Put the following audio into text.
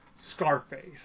Scarface